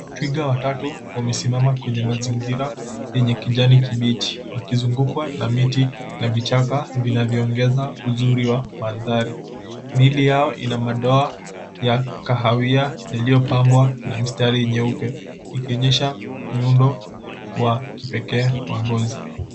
Twiga watatu wamesimama kwenye mazingira yenye kijani kibichi wakizungukwa na miti na vichaka vinavyoongeza uzuri wa mandhari. Miili yao ina madoa ya kahawia yaliyopangwa na mistari nyeupe ikionyesha miundo wa kipekee wa ngozi.